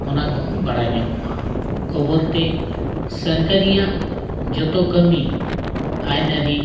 ᱚᱱᱟ ᱠᱚᱦᱚᱸ ᱵᱟᱲᱟᱭ ᱧᱟᱢᱚᱜᱼᱟ ᱠᱷᱚᱵᱚᱨ ᱛᱮ ᱥᱚᱨᱠᱟᱨᱤᱭᱟᱜ ᱡᱚᱛᱚ ᱠᱟᱹᱢᱤ ᱟᱹᱱ ᱟᱹᱨᱤ